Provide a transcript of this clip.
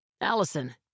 Allison